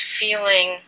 feeling